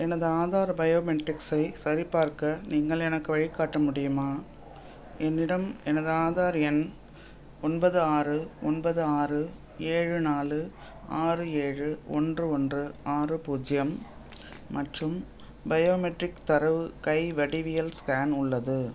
எனது ஆதார் பயோமெட்ரிக்ஸை சரிப்பார்க்க நீங்கள் எனக்கு வழிகாட்ட முடியுமா என்னிடம் எனது ஆதார் எண் ஒன்பது ஆறு ஒன்பது ஆறு ஏழு நாலு ஆறு ஏழு ஒன்று ஒன்று ஆறு பூஜ்யம் மற்றும் பயோமெட்ரிக் தரவு கை வடிவியல் ஸ்கேன் உள்ளது